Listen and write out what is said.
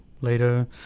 later